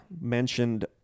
mentioned